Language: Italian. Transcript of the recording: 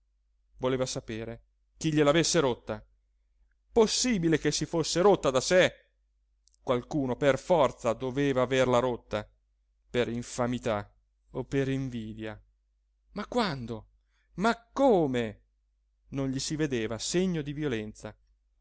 voleva sapere chi gliel'avesse rotta possibile che si fosse rotta da sé qualcuno per forza doveva averla rotta per infamità o per invidia ma quando ma come non gli si vedeva segno di violenza